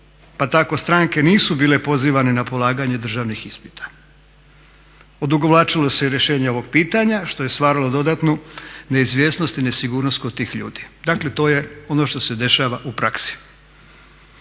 pa tako stranke nisu bile pozivane na polaganje državnih ispita. Odugovlačilo se rješenje ovog pitanja što je stvaralo dodatnu neizvjesnost i nesigurnost kod tih ljudi. Dakle to je ono što se dešava u praksi.